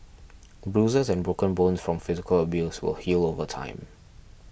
bruises and broken bones from physical abuse will heal over time